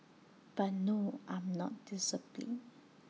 but no I'm not disciplined